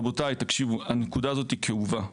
רבותיי, הנקודה הזאת כאובה.